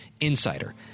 insider